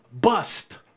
bust